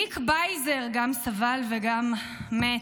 ניק בייזר גם סבל וגם מת,